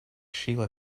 shiela